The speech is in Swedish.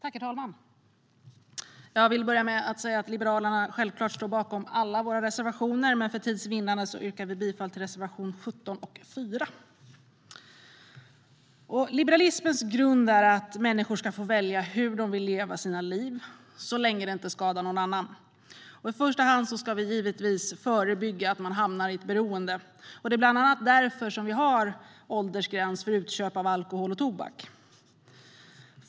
Herr talman! Jag vill börja med att säga att Liberalerna självklart står bakom alla sina reservationer, men för tids vinnande yrkar jag bifall endast till reservationerna 4 och 17. Liberalismens grund är att människor ska få välja hur de vill leva sina liv så länge de inte skadar någon annan. I första hand ska vi givetvis förebygga att människor hamnar i ett beroende. Det är bland annat därför som vi har åldersgräns för köp av alkohol och tobak.